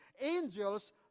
angels